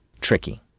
tricky